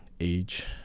age